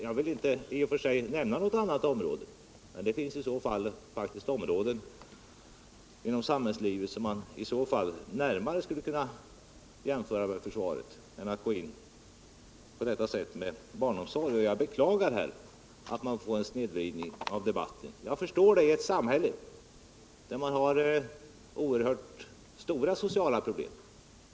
Jag vill inte i och för sig nämna något annat område, men det finns faktiskt områden inom samhällslivet som man i så fall närmare skulle kunna jämföra med försvaret än barnomsorgen. Jag beklagar här att vi fåren snedvridningav debatten. Jag förstår att det kan bli på detta sätt i ett samhälle där man har oerhört stora sociala problem.